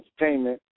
entertainment